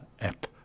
app